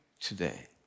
today